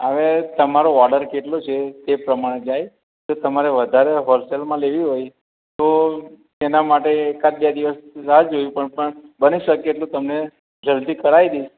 હવે તમારો ઓડર કેટલો છે તે પ્રમાણે જઈએ તો તમારે વધારે હોલસેલમાં લેવી હોય તો એના માટે એકાદ બે દિવસ રાહ જોવી પણ પણ બની શકે એટલું તમે જલ્દી કરાવી દઈ